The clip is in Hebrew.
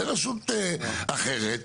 לרשות אחרת,